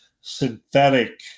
synthetic